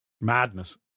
Madness